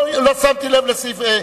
לא שמתי לב לסעיף.